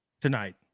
tonight